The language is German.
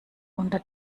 unter